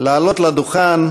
לעלות לדוכן